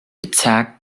attack